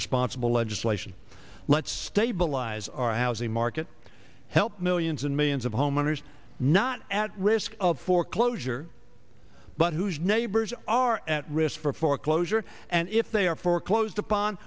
responsible legislation let's stabilize our housing market help millions and millions of homeowners not at risk of foreclosure but whose neighbors are at risk for foreclosure and if they are foreclosed upon